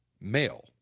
male